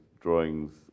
drawings